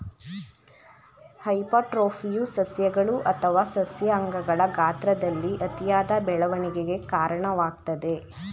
ಹೈಪರ್ಟ್ರೋಫಿಯು ಸಸ್ಯಗಳು ಅಥವಾ ಸಸ್ಯ ಅಂಗಗಳ ಗಾತ್ರದಲ್ಲಿ ಅತಿಯಾದ ಬೆಳವಣಿಗೆಗೆ ಕಾರಣವಾಗ್ತದೆ